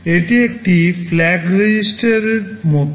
এটি একটি FLAG REGISTERএর মতো